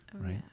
right